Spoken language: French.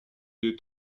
des